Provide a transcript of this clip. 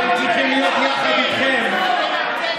כי הם צריכים להיות יחד איתכם באופוזיציה.